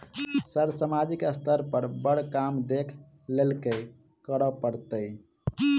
Sir सामाजिक स्तर पर बर काम देख लैलकी करऽ परतै?